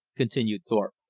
continued thorpe.